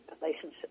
relationship